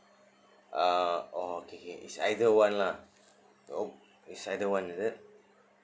uh okay it's either one lah oh it's either one is it